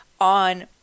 on